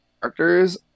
characters